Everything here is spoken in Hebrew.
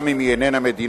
גם אם היא איננה מדינה,